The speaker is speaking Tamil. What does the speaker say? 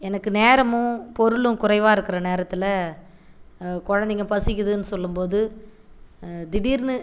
எனக்கு நேரமும் பொருளும் குறைவாக இருக்கிற நேரத்தில் குழந்தைங்க பசிக்குதுன்னு சொல்லும் போது திடீர்னு